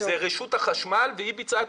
הגוף הזה הוא רשות החשמל והיא ביצעה